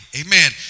Amen